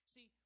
See